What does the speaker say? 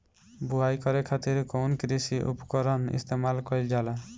बुआई करे खातिर कउन कृषी उपकरण इस्तेमाल कईल जाला?